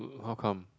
how come